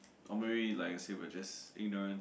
or maybe like I say we are just ignorant